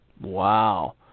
Wow